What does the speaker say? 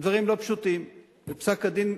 הדברים לא פשוטים, ופסק-הדין,